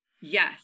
Yes